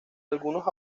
algunos